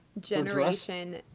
Generation